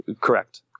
Correct